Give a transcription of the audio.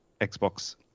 Xbox